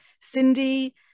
Cindy